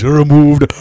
removed